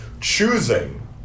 choosing